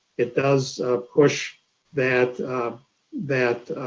it does push that that